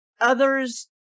Others